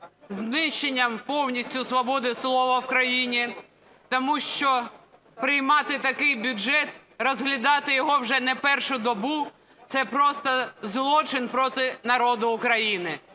знищенням повністю свободи слова в країні. Тому що приймати такий бюджет, розглядати вже його не першу добу – це просто злочин проти народу України.